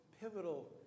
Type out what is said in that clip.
pivotal